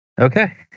Okay